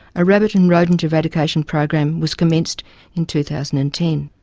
a rabbit and rodent eradication program was commenced in two thousand and ten.